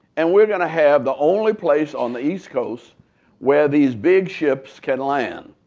and we're going to have the only place on the east coast where these big ships can land.